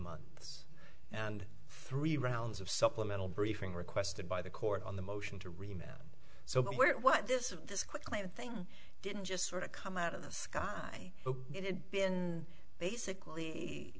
months and three rounds of supplemental briefing requested by the court on the motion to remain so what this is this quickly the thing didn't just sort of come out of the sky but it had been basically